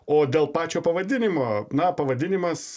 o dėl pačio pavadinimo na pavadinimas